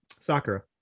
Sakura